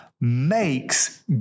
makes